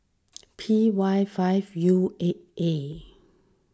P Y five U eight A